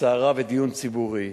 סערה ודיון ציבורי.